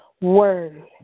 word